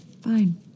fine